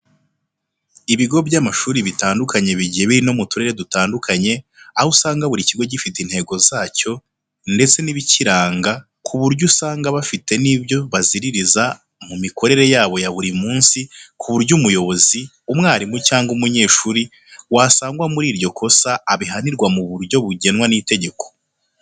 Ibigo by'amashuri bitandukanye bigiye biri no muturere dutandukanye, aho usanga buri kigo gifite intego zacyo ndetse n'ibikiranga ku buryo usanga bafite n'ibyo baziririza mu mikorere yabo ya buri munsi kuburyo umuyobozi, umwarimu cyangwa umunyeshuri wasangwa muri iryo kosa abihanirwa muburyo bugenwa n'itegeko.